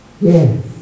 Yes